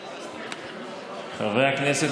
אבל ההתפרצות הזו,